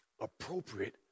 Appropriate